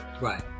Right